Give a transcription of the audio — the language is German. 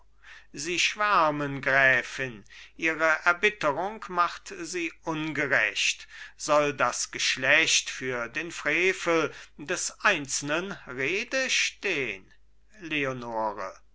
sie schwärmen gräfin ihre erbitterung macht sie ungerecht soll das geschlecht für den frevel des einzelnen rede stehn leonore